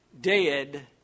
Dead